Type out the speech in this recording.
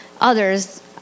others